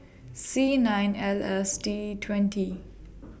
C nine L S D twenty